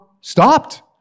stopped